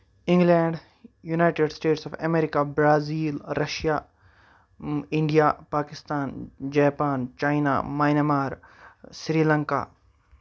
England United States of America Brazil Russia India Pakistan Japan China Myanmar Sri Lanka